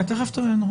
תכף תראה.